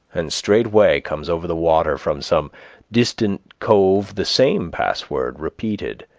and straightway comes over the water from some distant cove the same password repeated,